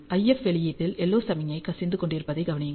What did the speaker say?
IF வெளியீட்டில் LO சமிக்ஞை கசிந்து கொண்டிருப்பதைக் கவனியுங்கள்